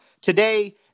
today